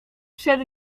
przed